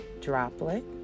droplet